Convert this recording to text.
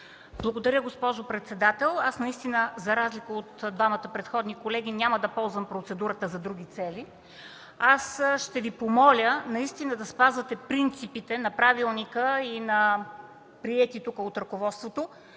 Благодаря Ви, госпожо председател. Аз наистина, за разлика от двамата предходни колеги, няма да ползвам процедурата за други цели. Ще Ви помоля да спазвате принципите на Правилника, приети тук от ръководството.